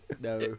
No